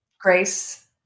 Grace